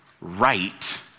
right